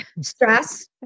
Stress